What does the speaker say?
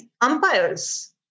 umpires